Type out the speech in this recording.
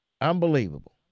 unbelievable